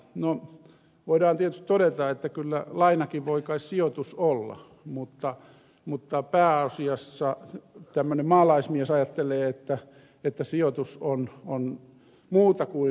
no voidaan tietysti todeta että kyllä lainakin voi kai sijoitus olla mutta pääasiassa tällainen maalaismies ajattelee että sijoitus on muuta kuin laina